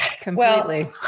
Completely